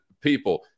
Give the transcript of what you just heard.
people